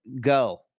go